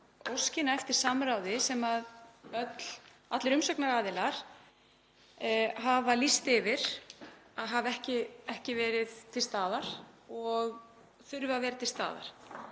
óskina eftir samráði sem allir umsagnaraðilar hafa lýst yfir að hafi ekki verið til staðar og þurfi að vera til staðar.